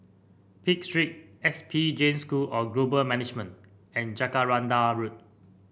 Pitt Street S P Jain School of Global Management and Jacaranda Road